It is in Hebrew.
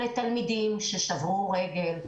אלה תלמידים ששברו רגל,